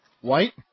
White